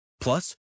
Plus